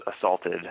assaulted